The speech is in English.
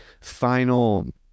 final